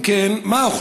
2. אם כן, מה הוחלט?